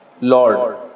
Lord